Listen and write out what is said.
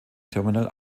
terminal